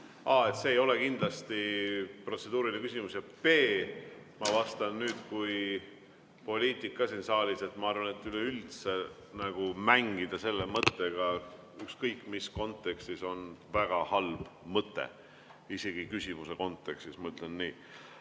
see ei ole kindlasti protseduuriline küsimus. Ja B – ma vastan nüüd kui poliitik siin saalis: ma arvan, et üleüldse mängida sellise mõttega ükskõik mis kontekstis on väga halb mõte, isegi küsimuse kontekstis. Ma ütlen nii. Ja